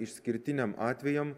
išskirtiniem atvejam